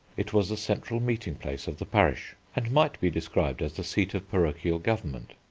it was the central meeting-place of the parish, and might be described as the seat of parochial government.